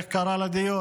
איך קרא לדיון?